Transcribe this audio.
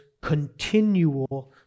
continual